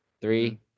Three